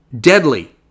deadly